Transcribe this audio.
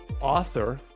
author